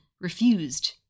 refused